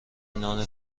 نان